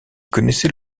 connaissait